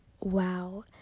Wow